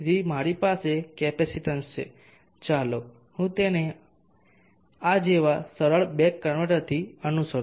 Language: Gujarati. તેથી મારી પાસે કેપેસિટીન્સ છે ચાલો હું તેને આ જેવા સરળ બક કન્વર્ટરથી અનુસરો